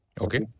Okay